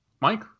Mike